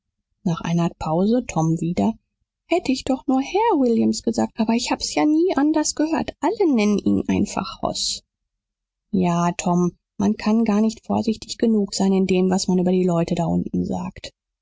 nach einer pause tom wieder hätt ich doch nur herr williams gesagt aber ich hab's ja nie anders gehört alle nennen ihn einfach hoss ja tom man kann gar nicht vorsichtig genug sein in dem was man über die leute da unten sagt